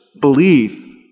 belief